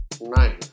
nine